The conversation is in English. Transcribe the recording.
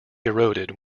eroded